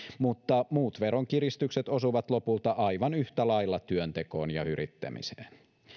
mutta muut veronkiristykset osuvat lopulta aivan yhtä lailla työntekoon ja yrittämiseen